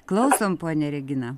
klausom ponia regina